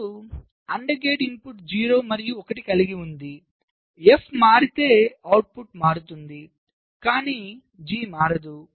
ఇప్పుడు AND gate input 0 మరియు 1 కలిగి ఉంది F మారితే అవుట్పుట్ మారుతుంది కానీ G మారదు